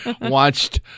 Watched